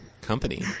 Company